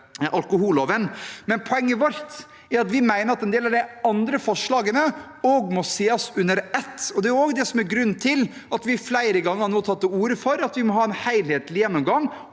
Poenget vårt er at vi mener at en del av de andre forslagene må ses under ett. Det er også grunnen til at vi flere ganger har tatt til orde for at vi må ha en helhetlig gjennomgang